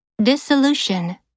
Dissolution